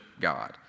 God